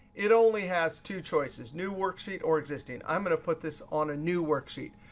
it only has two choices, new worksheet or existing. i'm going to put this on a new worksheet.